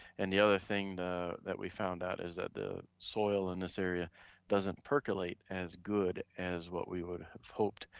and the other thing that that we found out is that the soil in this area doesn't percolate as good as what we would have hoped.